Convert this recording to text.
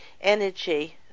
energy